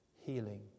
healing